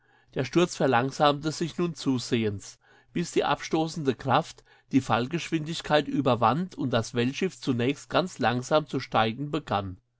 der sturz verlangsamte sich nun zusehends bis die abstoßende kraft die fallgeschwindigkeit überwand und das weltschiff zunächst ganz langsam zu steigen begann